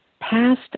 past